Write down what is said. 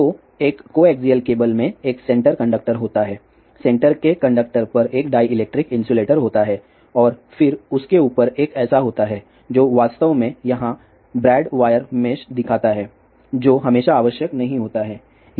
तो एक coaxial cable में एक सेंटर कंडक्टर होता है सेंटर के कंडक्टर पर एक डाईइलेक्ट्रिक इन्सुलेटर होता है और फिर उसके ऊपर एक ऐसा होता है जो वास्तव में यहां ब्रैड वायर मेष दिखाता है जो हमेशा आवश्यक नहीं होता है